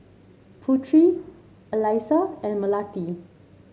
Putri Alyssa and Melati